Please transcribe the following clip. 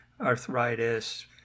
arthritis